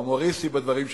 לחלק ההומוריסטי בדברים שלך,